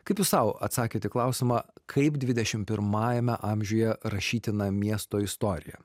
kaip jūs sau atsakėt į klausimą kaip dvidešim pirmajame amžiuje rašytina miesto istorija